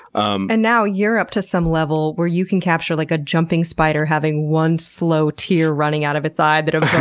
um and now you're up to some level where you can capture like a jumping spider, having one slow tear running out of its eye that evokes